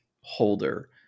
holder